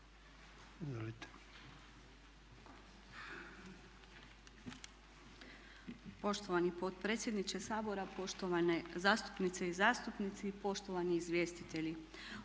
Poštovani potpredsjedniče Sabora, poštovane zastupnice i zastupnici, poštovani izvjestitelji